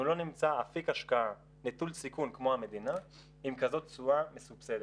אנחנו לא נמצא אפיק השקעה נטול סיכון כמו המדינה עם כזאת תשואה מסובסדת.